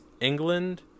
england